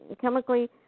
chemically